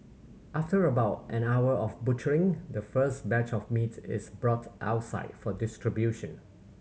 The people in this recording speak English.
after about an hour of butchering the first batch of meat is brought outside for distribution